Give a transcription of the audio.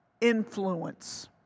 influence